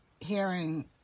hearing